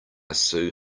sue